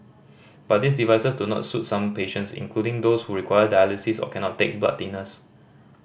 but these devices do not suit some patients including those who require dialysis or cannot take blood thinners